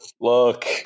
look